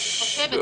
אני חושבת שכן.